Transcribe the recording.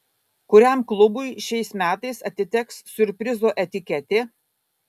kuriam klubui šiais metais atiteks siurprizo etiketė